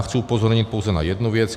Chci upozornit pouze na jednu věc.